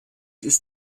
ist